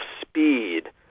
speed